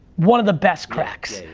one of the best cracks.